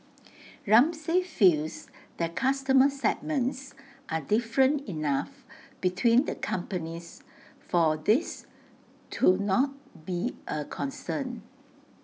Ramsay feels that customer segments are different enough between the companies for this to not be A concern